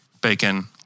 bacon